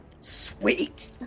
Sweet